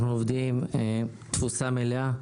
אנחנו עובדים בתפוסה מלאה.